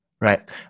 Right